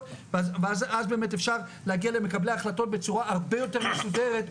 ואז אפשר להגיע למקבלי ההחלטות בצורה הרבה יותר מסודרת,